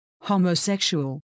homosexual